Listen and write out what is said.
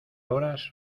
horas